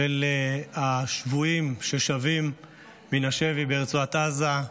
של השבויים ששבים מן השבי ברצועת עזה,